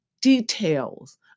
details